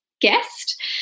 guest